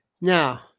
Now